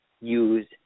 use